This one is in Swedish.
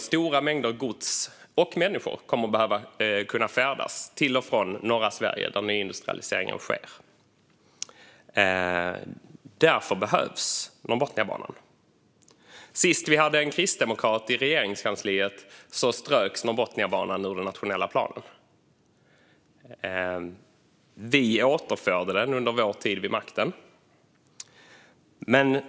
Stora mängder gods och människor kommer dock att behöva färdas till och från norra Sverige, där nyindustrialiseringen sker, och därför behövs Norrbotniabanan. Sist det satt en kristdemokrat i Regeringskansliet ströks Norrbotniabanan ur den nationella planen. Vi socialdemokrater återförde den under vår tid vid makten.